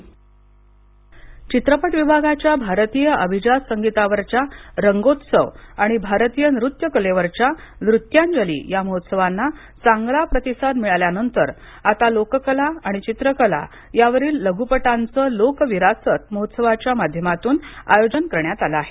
लोक विरासत चित्रपट विभागाच्या भारतीय अभिजात संगीतावरच्या रंगोत्सव आणि भारतीय नृत्य कलेवरच्या नृत्यांजली या महोत्सवांना चांगला प्रतिसाद मिळाल्यानंतर आता लोककला आणि चित्रकला यावरील लघुपटांचं लोक विरासत महोत्सवाच्या माध्यमातून आयोजन करण्यात आलं आहे